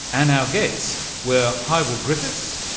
and our guests were hywell griffiths,